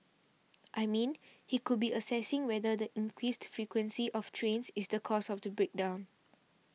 I mean he could be assessing whether the increased frequency of trains is the cause of the break down